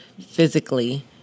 physically